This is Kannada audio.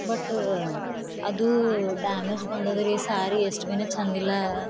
ಬಟ್ ಅದು ಡ್ಯಾಮೇಜ್ ಬಂದದ್ರಿ ಸ್ಯಾರಿ ಎಷ್ಟು ಭೀನ ಚಂದಿಲ್ಲ